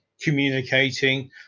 communicating